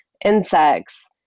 insects